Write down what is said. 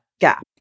gap